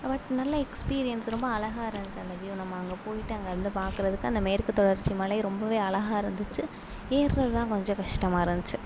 but நல்ல experience ரொம்ப அழகாக இருந்துச்சு அந்த வியூவ் நம்ம அங்கே போய்விட்டு அங்கே இருந்து பார்க்கறதுக்கு அந்த மேற்கு தொடர்ச்சி மலை ரொம்பவே அழகாக இருந்துச்சு ஏறுறதுதான் கொஞ்சம் கஷ்டமாக இருந்துச்சு